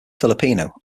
filipino